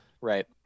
Right